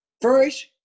First